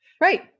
Right